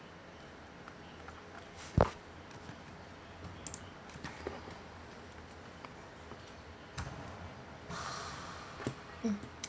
mm